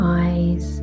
eyes